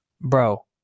bro